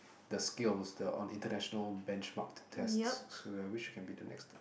the skills the on international benchmark tests so I wish we can be the next